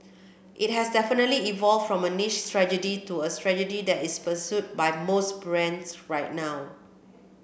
it has definitely evolved from a niche strategy to a strategy that is pursued by most brands right now